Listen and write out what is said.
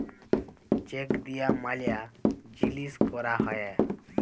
check দিয়া ম্যালা জিলিস ক্যরা হ্যয়ে